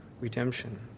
redemption